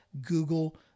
Google